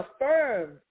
affirmed